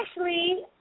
Ashley